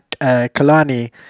Kalani